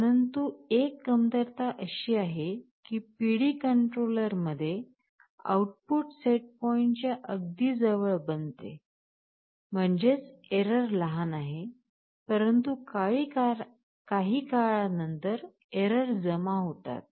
परंतु एक कमतरता अशी आहे की PD कंट्रोलमध्ये आउटपुट सेटपॉइंटच्या अगदी जवळ बनते म्हणजेच एरर लहान आहे परंतु काही काळा नंतर एरर जमा होतात